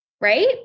right